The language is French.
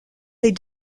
les